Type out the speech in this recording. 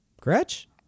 Gretch